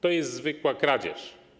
To jest zwykła kradzież.